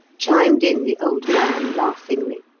chimed in the old man, laughingly.